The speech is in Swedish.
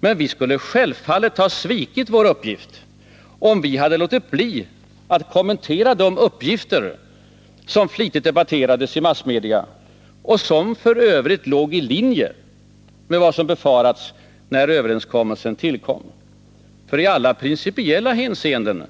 Men vi skulle självfallet ha svikit vår uppgift, om vi hade låtit bli att kommentera de uppgifter som flitigt debatterades i massmedia och som f. ö. låg i linje med vad som befarats när överenskommelsen tillkom. I alla principiella hänseenden